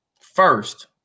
first